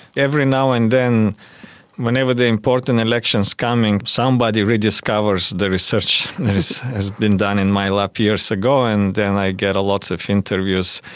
every now and then whenever the important elections come, somebody rediscovers the research that has has been done in my lab years ago, and then i get lots of interviews,